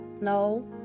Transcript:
no